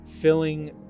filling